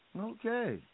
Okay